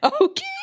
okay